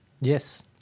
Yes